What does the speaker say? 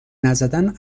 نزدن